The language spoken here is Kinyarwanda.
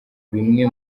bimwe